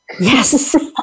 Yes